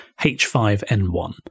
H5N1